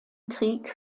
krieg